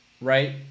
right